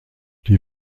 die